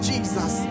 Jesus